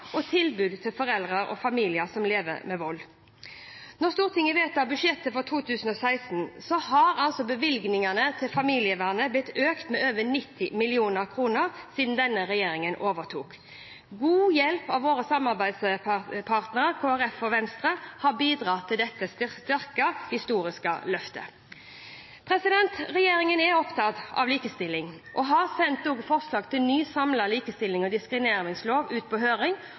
og tilbud til foreldre og familier som lever med vold. Når Stortinget vedtar budsjettet for 2016, har bevilgningene til familievernet blitt økt med over 90 mill. kr siden denne regjeringen overtok. God hjelp fra våre samarbeidspartnere Kristelig Folkeparti og Venstre har bidratt sterkt til dette historiske løftet. Regjeringen er opptatt av likestilling, og har også sendt forslag til en ny, samlet likestillings- og diskrimineringslov ut på høring,